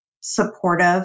supportive